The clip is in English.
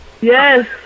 Yes